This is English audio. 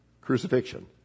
Crucifixion